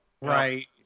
right